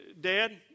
Dad